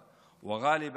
פיצול,